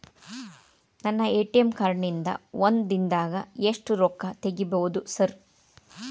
ನನ್ನ ATM card ನಿಂದಾ ಒಂದ್ ದಿಂದಾಗ ಎಷ್ಟ ರೊಕ್ಕಾ ತೆಗಿಬೋದು ಸಾರ್?